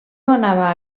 anava